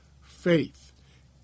faith